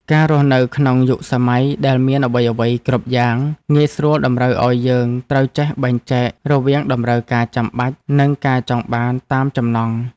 ការរស់នៅក្នុងយុគសម័យដែលមានអ្វីៗគ្រប់យ៉ាងងាយស្រួលតម្រូវឱ្យយើងត្រូវចេះបែងចែករវាងតម្រូវការចាំបាច់ និងការចង់បានតាមចំណង់។